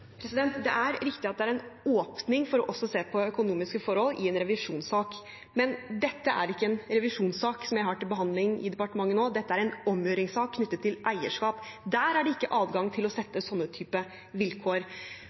Det er riktig at det er en åpning for også å se på økonomiske forhold i en revisjonssak, men dette er ikke en revisjonssak jeg har til behandling i departementet nå, dette er en omgjøringssak knyttet til eierskap. Der er det ikke adgang til å sette sånne typer vilkår.